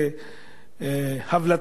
שהם כנראה לא זוכים לזה במקומות אחרים.